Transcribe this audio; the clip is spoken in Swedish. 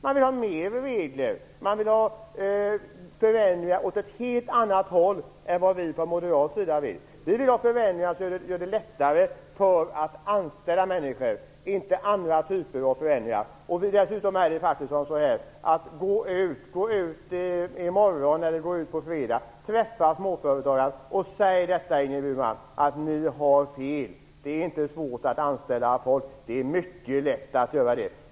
Man vill ha fler regler och förändringar åt ett helt annat håll än vad vi på moderat sida vill. Vi vill ha förändringar som gör det lättare att anställa människor, inte andra typer av förändringar. Gå ut och träffa småföretagare i morgon eller på fredag, Ingrid Burman, och säg till dem att de har fel - det är inte svårt utan mycket lätt att anställa folk!